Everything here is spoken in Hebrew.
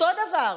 אותו דבר: